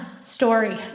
story